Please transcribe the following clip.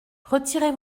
retirez